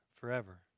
forever